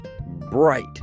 bright